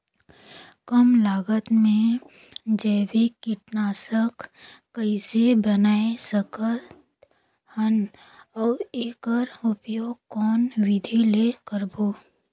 कम लागत मे जैविक कीटनाशक कइसे बनाय सकत हन अउ एकर उपयोग कौन विधि ले करबो?